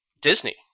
Disney